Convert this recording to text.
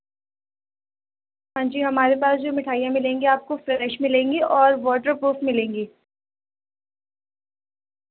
ہاں جی ہمارے پاس جو مٹھائیاں ملیں گی آپ کو فریش ملیں گی اور واٹر پروف ملیں گی